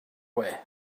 way